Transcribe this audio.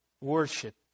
worship